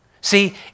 See